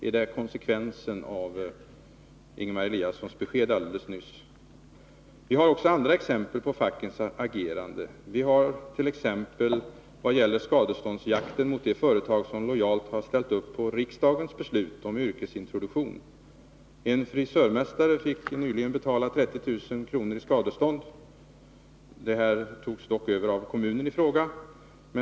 Är det konsekvensen av Ingemar Eliassons besked alldeles nyss? Vi har också andra exempel på fackets agerande. Vi har t.ex. skadeståndsjakten mot de företag som lojalt ställt upp på riksdagens beslut om yrkesintroduktion. En frisörmästare fick nyligen på sig 30 000 kronor i skadestånd. Det togs dock över av kommunen i fråga.